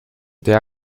der